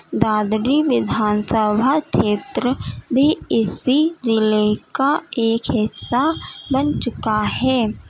دادری ودھان سبھا چھیتر بھی اسی ضلعے کا ایک حصہ بن چکا ہے